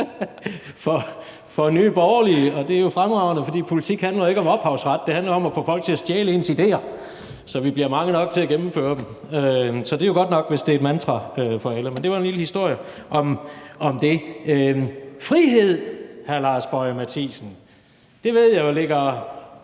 for Nye Borgerlige, og det er jo fremragende, for politik handler jo ikke om ophavsret; det handler om at få folk til at stjæle ens idéer, så vi bliver mange nok til at gennemføre dem. Så det er jo godt nok, hvis det er et mantra for alle, men det var en lille historie om det. Frihed, hr. Lars Boje Mathiesen, ved jeg jo ligger